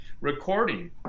recording